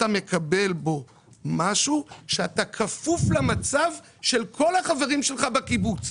אתה מקבל בו משהו שאתה כפוף למצב של כל החברים שלך בקיבוץ.